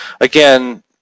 Again